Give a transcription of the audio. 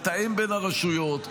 לתאם בין הרשויות,